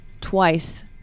twice